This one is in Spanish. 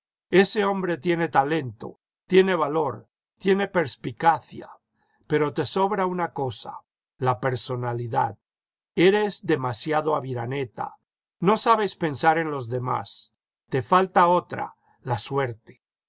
ese hombre tiene talento tiene valor tiene perspicacia pero te sobra una cosa la personalidad eres demasiado aviraneta no sabes pensar en los demás te falta otra la suerte